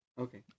Okay